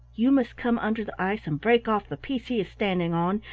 you must come under the ice and break off the piece he is standing on,